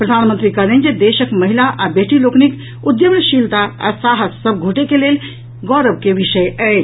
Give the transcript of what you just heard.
प्रधानमंत्री कहलनि जे देशक महिला आ बेटी लोकनिक उद्यमशीलता आ साहस सभ गोटे के लेल गौरव के विषय अछि